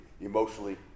emotionally